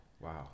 Wow